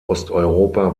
osteuropa